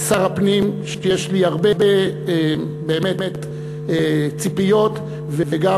שר הפנים שיש לי הרבה באמת ציפיות וגם